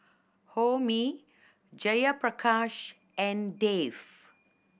Homi Jayaprakash and Dev